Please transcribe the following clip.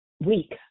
week